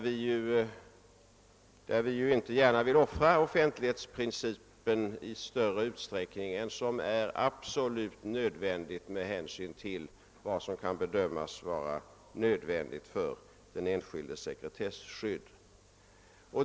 Vi vill ju inte gärna offra offentlighetsprincipen i större utsträckning än vad som kan bedömas vara absolut nödvändigt med hänsyn till den enskildes sekretesskydd.